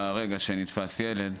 ברגע שנתפס ילד,